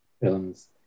films